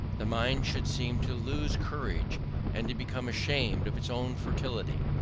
the mind should seem to lose courage and to become ashamed of its own fertility.